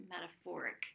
metaphoric